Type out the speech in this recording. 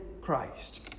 Christ